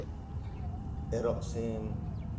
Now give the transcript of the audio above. ᱮᱨᱚᱜ ᱥᱤᱢ